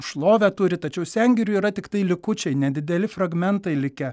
šlovę turi tačiau sengirių yra tiktai likučiai nedideli fragmentai likę